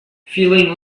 feeling